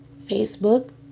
Facebook